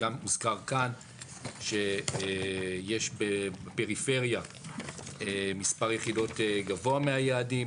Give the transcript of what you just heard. הוזכר כאן שיש בפריפריה מספר יחידות גבוה מהיעדים.